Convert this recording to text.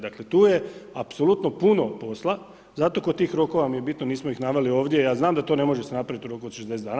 Dakle, tu je apsolutno puno posla, zato kod tih rokova mi je bitno, mi smo ih naveli ovdje, ja znam da to ne može se napraviti u roku od 60 dana.